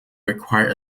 require